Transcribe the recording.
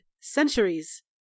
centuries